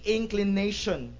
inclination